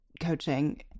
coaching